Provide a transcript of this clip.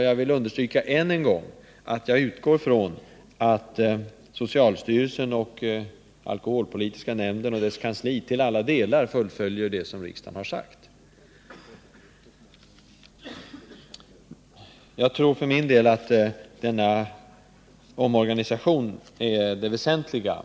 Jag vill understryka än en gång att jag utgår från att socialstyrelsen, alkoholpolitiska nämnden och dess kansli till alla delar fullföljer det uppdrag som riksdagen har gett dem. För min del tror jag att organisationen är det väsentliga.